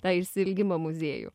tą išsiilgimą muziejų